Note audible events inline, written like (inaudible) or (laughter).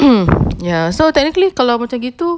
(noise) ya so technically kalau macam begitu